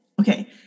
Okay